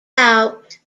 out